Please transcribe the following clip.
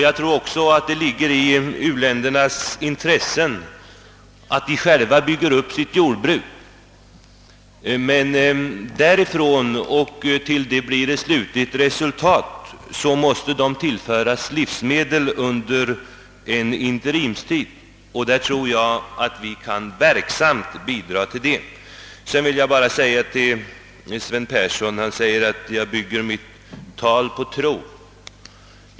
Jag tror också att det ligger i u-ländernas intresse att de själva bygger upp sitt jordbruk, men innan det blir ett slutligt resultat måste de tillföras livsmedel, under en interimstid, och vi kan verksamt bidra till det. Sedan vill jag bara säga till herr Sven Persson med anledning av att han säger att jag bygger mitt tal på tro följande.